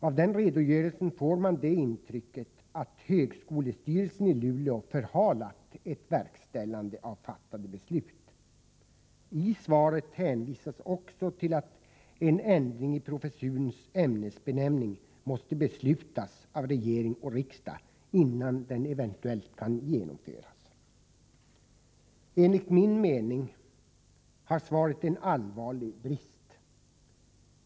Av den redogörelsen får man det intrycket att högskolestyrelsen i Luleå förhalat ett verkställande av fattade beslut. I svaret hänvisas också till att en ändring i professurens ämnesbenämning måste beslutas av regering och riksdag innan den eventuellt kan genomföras. Enligt min mening har svaret en allvarlig brist.